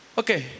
okay